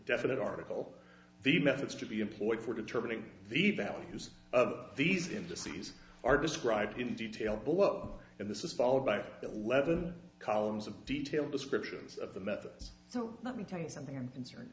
definite article the methods to be employed for determining the values of these indices are described in detail below and this is followed by eleven columns of detail descriptions of the methods so let me tell you something i'm concerned